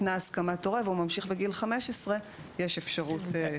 ניתנה הסכמת הורה והוא ממשיך בגיל 15 יש אפשרות לזה.